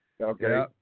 Okay